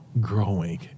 growing